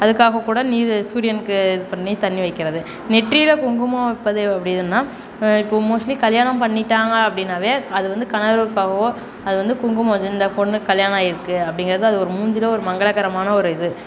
அதுக்காக கூட நீர் சூரியனுக்கு இது பண்ணி தண்ணி வைக்கிறது நெற்றியில் குங்குமம் வைப்பது அப்படின்னா இப்போ மோஸ்ட்லி கல்யாணம் பண்ணிட்டாங்க அப்படின்னாவே அது வந்து கணவருக்காகவோ அது வந்து குங்குமம் வெச்சுருந்தா பொண்ணுக்கு கல்யாணம் ஆயிருக்குது அப்படிங்கிறது அது ஒரு மூஞ்சியில் ஒரு மங்களகரமான ஒரு இது